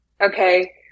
okay